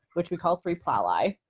which we call three p l ah